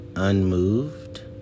unmoved